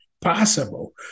Possible